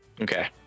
Okay